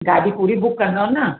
गाॾी पूरी बुक कंदौ न